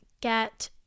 get